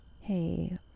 hey